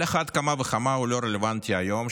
על אחת כמה וכמה הוא לא רלוונטי היום,